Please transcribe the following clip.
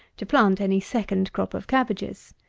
to plant any second crop of cabbages.